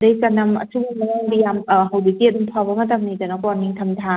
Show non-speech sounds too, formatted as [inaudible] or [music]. ꯑꯗꯩ ꯆꯅꯝ [unintelligible] ꯍꯧꯖꯤꯛꯇꯤ ꯑꯗꯨꯝ ꯐꯕ ꯃꯇꯝꯅꯤꯗꯅꯀꯣ ꯅꯤꯡꯊꯝ ꯊꯥ